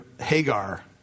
Hagar